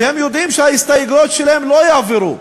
והם יודעים שההסתייגויות שלהם לא יעברו.